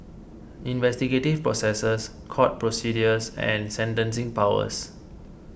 investigative processes court procedures and sentencing powers